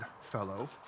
fellow